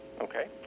Okay